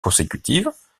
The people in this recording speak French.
consécutives